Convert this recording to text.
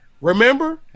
Remember